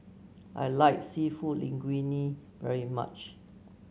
I like seafood Linguine very much